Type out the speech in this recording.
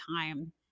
time